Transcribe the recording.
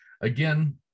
again